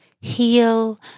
heal